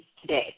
today